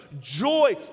joy